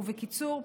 ובקיצור,